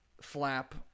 flap